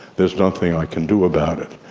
there's nothing i can do about it.